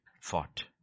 fought